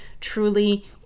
truly